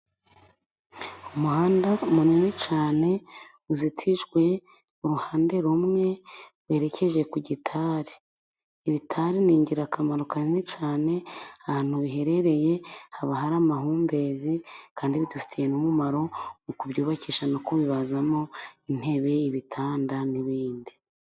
Umuhanda munini cyane, uzitijwe uruhande rumwe rwerekeje ku gitari. Ibitari ni ingirakamaro kanini cyane, ahantu biherereye haba hari amahumbezi, kandi bidufitiye umumaro wo kubyubakisha no kubibazamo intebe, ibitanda n'ibindi.